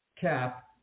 cap